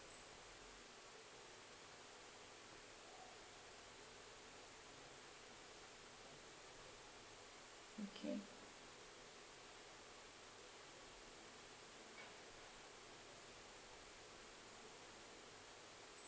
okay